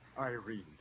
Irene